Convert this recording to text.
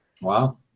wow